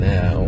Now